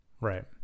right